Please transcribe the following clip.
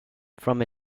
from